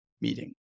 Meeting